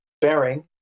bearing